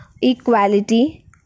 equality